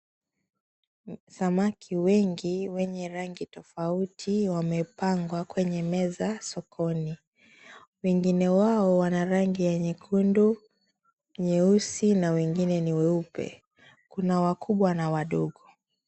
Samaki wengi wenye rangi tofauti wamepangwa kwenye meza sokoni. Wengine wao wana rangi ya nyekundu, nyeusi na wengine ni weupe. Kuna wakubwa na wadogo.